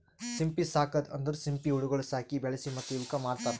ಸಿಂಪಿ ಸಾಕದ್ ಅಂದುರ್ ಸಿಂಪಿ ಹುಳಗೊಳ್ ಸಾಕಿ, ಬೆಳಿಸಿ ಮತ್ತ ಇವುಕ್ ಮಾರ್ತಾರ್